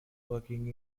working